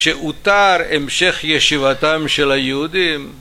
כשהותר המשך ישיבתם של היהודים